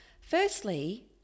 Firstly